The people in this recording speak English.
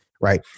Right